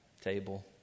table